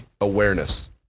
awareness